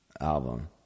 album